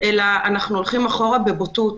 אנחנו הולכים אחורה בבוטות.